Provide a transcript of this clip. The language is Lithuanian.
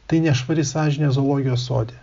tai nešvari sąžinė zoologijos sode